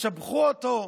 ישבחו אותו,